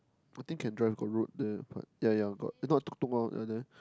I think can drive got road there but ya ya got you know I talk to one of them there